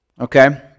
Okay